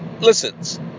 listens